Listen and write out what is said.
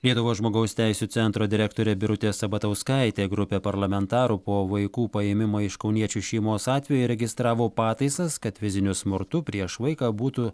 lietuvos žmogaus teisių centro direktorė birutė sabatauskaitė grupė parlamentarų po vaikų paėmimo iš kauniečių šeimos atvejo įregistravo pataisas kad fiziniu smurtu prieš vaiką būtų